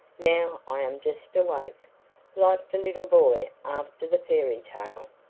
now i am just awake, like the little boy after the fairy-tale.